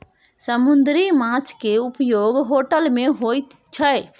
समुन्दरी माछ केँ उपयोग होटल मे होइ छै